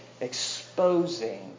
exposing